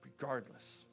regardless